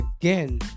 Again